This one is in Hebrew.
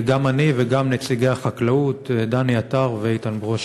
גם אני וגם נציגי החקלאות, דני עטר ואיתן ברושי.